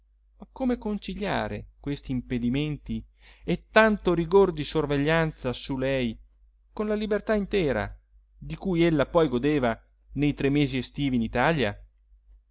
come conciliare questi impedimenti e tanto rigor di sorveglianza su lei con la libertà intera di cui ella poi godeva nei tre mesi estivi in italia